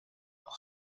pour